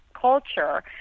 culture